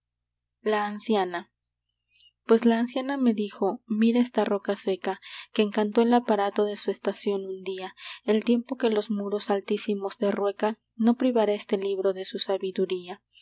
la anciana pues la anciana me dijo mira esta rosa seca que encantó el aparato de su estación un día el tiempo que los muros altísimos derrueca no privará este libro de su sabiduría